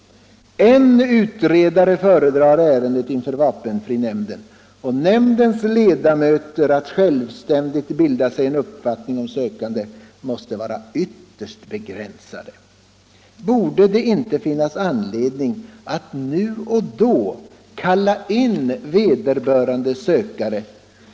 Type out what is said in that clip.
En utredare föredrar ärendet inför vapenfrinämnden. Möjligheterna för nämndens ledamöter att självständigt bilda sig en uppfattning om en sökande måste vara ytterst begränsade. Borde det inte finnas anledning att nu och då kalla in vederbörande.